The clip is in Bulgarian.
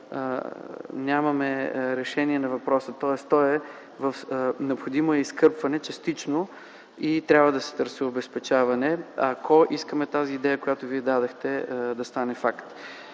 нямаме решение на въпроса. Тоест необходимо е частично изкърпване и трябва да се търси обезпечаване, ако искаме тази идея, която Вие дадохте, да стане факт.